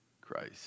Christ